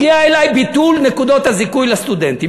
הגיע אלי ביטול נקודות הזיכוי לסטודנטים,